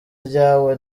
ryawo